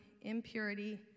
impurity